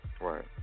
Right